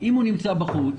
אם הוא נמצא בחוץ,